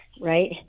right